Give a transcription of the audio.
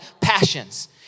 passions